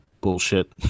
bullshit